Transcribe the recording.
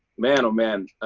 man, oh, man.